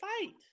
fight